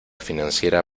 financiera